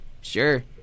sure